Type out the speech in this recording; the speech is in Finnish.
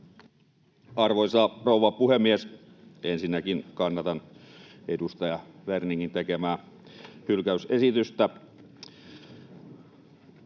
Arvoisa rouva puhemies! Ensinnäkin kannatan edustaja Werningin tekemää hylkäysesitystä.